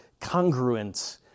congruent